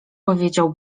powiedział